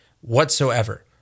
whatsoever